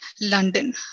London